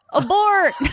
abort!